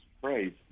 phrase